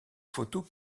photos